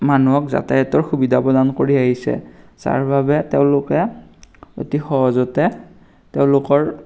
মানুহক যাতায়তৰ সুবিধা প্ৰদান কৰি আহিছে যাৰ বাবে তেওঁলোকে অতি সহজতে তেওঁলোকৰ